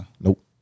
Nope